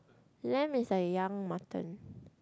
lamb is a young mutton